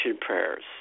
prayers